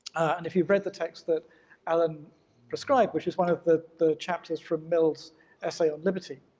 and if you've read the text that alan prescribed which is one of the the chapters from mill's essay on liberty,